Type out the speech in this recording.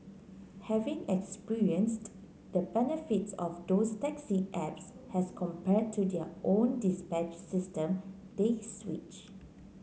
having experienced the benefits of those taxi apps as compared to their own dispatch system they switch